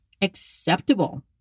acceptable